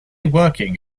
working